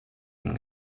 dem